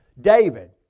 David